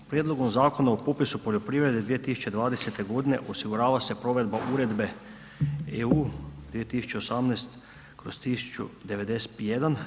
Prijedlogom Zakona o popisu poljoprivrede 2020. godine osigurava se provedba Uredbe EU 2018./1091.